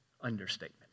understatement